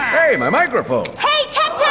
hey, my microphone. hey tech